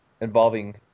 involving